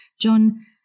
John